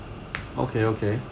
okay okay